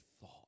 thought